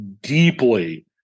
deeply